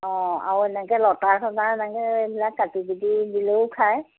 অঁ আৰু এনেকে লতা চতা এনেকে এইবিলাক কাটি কুটি দিলেও খায়